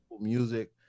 music